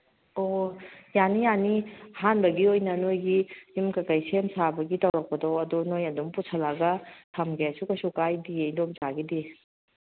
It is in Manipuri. ꯑꯣ ꯌꯥꯅꯤ ꯌꯥꯅꯤ ꯑꯍꯥꯟꯕꯒꯤ ꯑꯣꯏꯅ ꯅꯈꯣꯏꯒꯤ ꯌꯨꯝ ꯀꯔꯤ ꯀꯔꯤ ꯁꯦꯝ ꯁꯥꯕꯒꯤ ꯇꯧꯔꯛꯄꯗꯣ ꯑꯗꯨ ꯅꯈꯣꯏ ꯑꯗꯨꯝ ꯄꯨꯁꯜꯂꯒ ꯊꯝꯒꯦꯁꯨ ꯀꯔꯤꯁꯨ ꯀꯥꯏꯗꯤꯌꯦ ꯏꯟꯗꯣꯝꯆꯥꯒꯤꯗꯤ